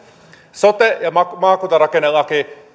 sote ja maakuntarakennelaki